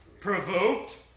Provoked